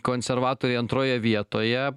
konservatoriai antroje vietoje